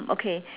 okay